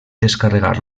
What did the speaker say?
descarregar